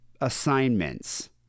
assignments